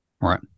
Right